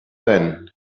then